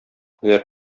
һөнәр